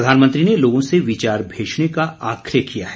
प्रधानमंत्री ने लोगों से विचार भेजने का आग्रह किया है